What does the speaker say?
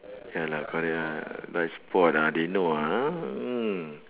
ya lah correct lah right spot ah they know ah